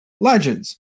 legends